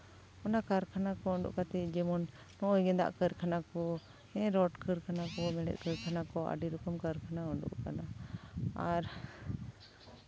ᱚᱱᱟ ᱠᱟᱨᱠᱷᱟᱱᱟ ᱠᱚ ᱩᱰᱩᱠ ᱠᱟᱛᱮᱫ ᱡᱮᱢᱚᱱ ᱱᱚᱜᱼᱚᱭ ᱜᱮᱸᱫᱟᱜ ᱠᱟᱨᱠᱷᱟᱱᱟ ᱠᱚ ᱦᱮᱸ ᱨᱚᱰ ᱠᱟᱨᱠᱷᱟᱱᱟ ᱠᱚ ᱢᱮᱲᱦᱮᱫ ᱠᱟᱨᱠᱷᱟᱱᱟ ᱠᱚ ᱟᱹᱰᱤ ᱨᱚᱠᱚᱢ ᱠᱟᱨᱠᱷᱟᱱᱟ ᱩᱰᱩᱜ ᱠᱟᱱᱟ ᱟᱨ